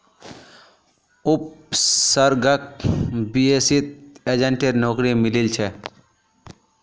उपसर्गक बीएसईत एजेंटेर नौकरी मिलील छ